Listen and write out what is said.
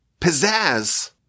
pizzazz